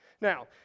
Now